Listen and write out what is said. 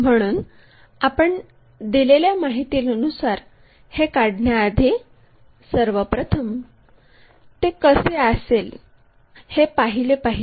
म्हणून आपण दिलेल्या माहितीनुसार हे काढण्याआधी सर्व प्रथम ते कसे असेल हे पाहिले पाहिजे